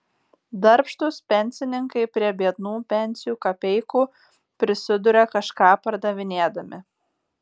darbštūs pensininkai prie biednų pensijų kapeikų prisiduria kažką pardavinėdami